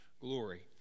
glory